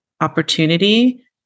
opportunity